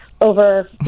over